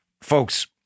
Folks